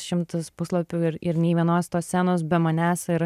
šimtas puslapių ir ir nei vienos tos scenos be manęs ir